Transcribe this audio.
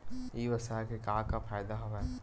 ई व्यवसाय के का का फ़ायदा हवय?